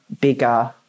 bigger